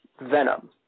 Venom